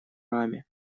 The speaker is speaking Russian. раме